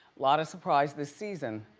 lotta surprise this season.